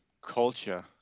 culture